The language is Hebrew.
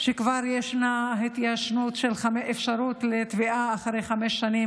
שכבר ישנה אפשרות לתביעה אחרי חמש שנים